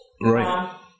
Right